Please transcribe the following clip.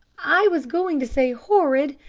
i was going to say horrid,